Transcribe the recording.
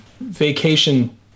vacation